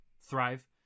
Thrive